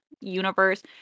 universe